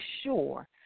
sure